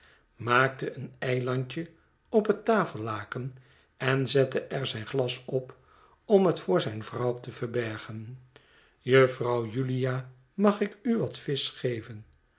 maakte een eilandje op het tafellaken en zette er zijn glas op om het voor zijn vrouw te verbergen juffrouw julia mag ik u wat visch geven